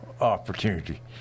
opportunity